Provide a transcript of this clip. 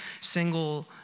single